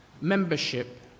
membership